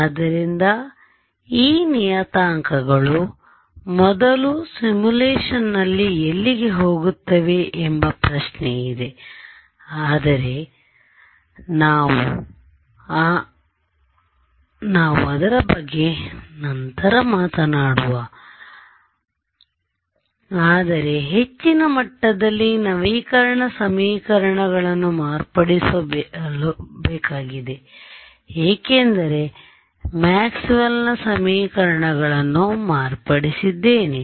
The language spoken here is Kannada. ಆದ್ದರಿಂದ ಈ ನಿಯತಾಂಕಗಳು ಮೊದಲು ಸಿಮ್ಯುಲೇಶನ್ನಲ್ಲಿ ಎಲ್ಲಿಗೆ ಹೋಗುತ್ತವೆ ಎಂಬ ಪ್ರಶ್ನೆ ಇದೆ ಆದರೆ ನಾವು ಅದರ ಬಗ್ಗೆ ನಂತರ ಮಾತನಾಡುವ ಆದರೆ ಹೆಚ್ಚಿನ ಮಟ್ಟದಲ್ಲಿ ನವೀಕರಣ ಸಮೀಕರಣಗಳನ್ನು ಮಾರ್ಪಡಿಸಬೇಕಾಗಿದೆ ಏಕೆಂದರೆ ಮ್ಯಾಕ್ಸ್ವೆಲ್ನMaxwell's ಸಮೀಕರಣಗಳನ್ನು ಮಾರ್ಪಡಿಸಿದ್ದೇನೆ